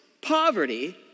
poverty